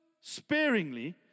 sparingly